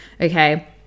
Okay